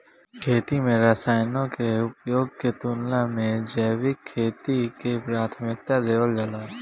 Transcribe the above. खेती में रसायनों के उपयोग के तुलना में जैविक खेती के प्राथमिकता देवल जाला